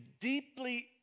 deeply